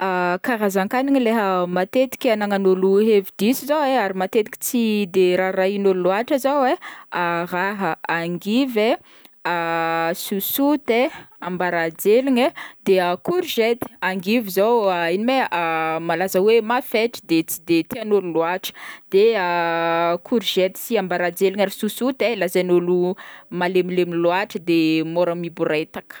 Karazan-kagniny leha matetiky hagnan'olo hoe hevi-diso zao e, ary matetiky tsy de rarahin'ôlo loatra zao e: raha angivy e, sosoty, ambarajeligna e, de courgety, angivy zao ino ma e malaza hoe mafaitra de tsy tiàn'ôlo loatra de courgety sy ambaranjelina ary sosoty e lazain'olo malemilemy loatra de mora miboretaka.